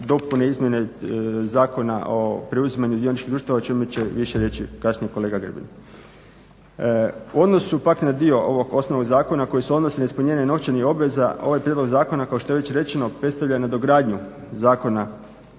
dopune i izmjene Zakona o preuzimanju dioničkih društava o čemu će više riječi kasnije kolega Grbin. U odnosu pak na dio ovog osnovnog zakona koji se odnosi na neispunjenje novčanih obveza ovaj prijedlog zakona kao što je već rečeno predstavlja nadogradnju zakona